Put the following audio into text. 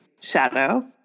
shadow